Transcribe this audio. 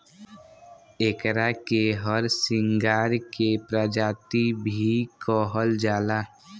एकरा के हरसिंगार के प्रजाति भी कहल जाला